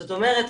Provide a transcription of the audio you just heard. זאת אומרת,